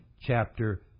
chapter